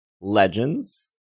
legends